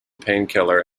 painkiller